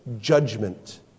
judgment